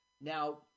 Now